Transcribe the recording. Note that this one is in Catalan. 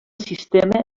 sistema